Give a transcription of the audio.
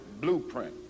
blueprint